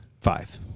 Five